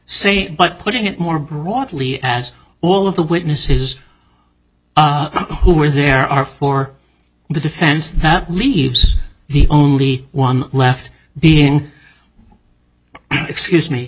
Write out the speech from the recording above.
but putting it more broadly as all of the witnesses who are there are for the defense that leaves the only one left being excuse me